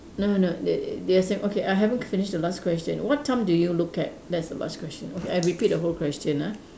no no no they they are saying okay I haven't finish the last question what time do you look at that's the last question okay I repeat the whole question ah